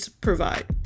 provide